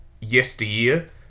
yesteryear